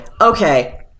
Okay